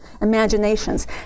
imaginations